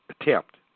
attempt